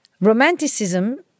Romanticism